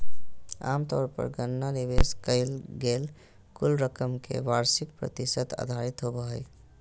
आमतौर पर गणना निवेश कइल गेल कुल रकम के वार्षिक प्रतिशत आधारित होबो हइ